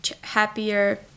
happier